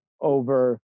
over